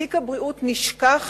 תיק הבריאות נשכח